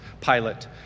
Pilate